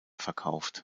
verkauft